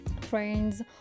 friends